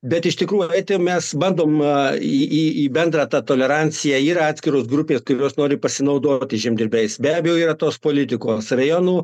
bet iš tikrųjų eiti jau mes bandom į į į bendrą tą toleranciją yra atskiros grupės kurios nori pasinaudoti žemdirbiais be abejo yra tos politikos rajonų